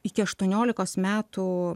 iki aštuoniolikos metų